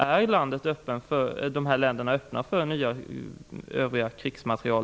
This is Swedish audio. Är dessa länder öppna för nya affärer med övrigt krigsmateriel?